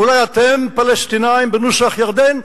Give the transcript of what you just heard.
אולי אתם פלסטינים בנוסח ירדן?